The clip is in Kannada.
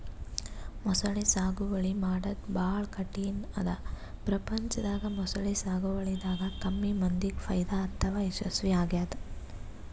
ಮೊಸಳಿ ಸಾಗುವಳಿ ಮಾಡದ್ದ್ ಭಾಳ್ ಕಠಿಣ್ ಅದಾ ಪ್ರಪಂಚದಾಗ ಮೊಸಳಿ ಸಾಗುವಳಿದಾಗ ಕಮ್ಮಿ ಮಂದಿಗ್ ಫೈದಾ ಅಥವಾ ಯಶಸ್ವಿ ಆಗ್ಯದ್